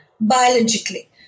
biologically